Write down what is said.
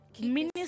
minister